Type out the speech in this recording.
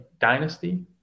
dynasty